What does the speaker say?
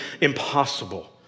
impossible